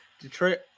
Detroit